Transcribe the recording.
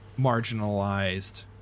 marginalized